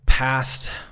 past